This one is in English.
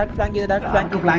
that you know that effect of like